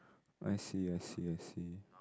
I see I see I see